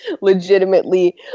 legitimately